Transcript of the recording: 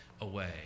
away